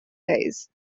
guys